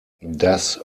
das